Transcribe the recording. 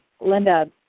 Linda